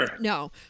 no